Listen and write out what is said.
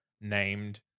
named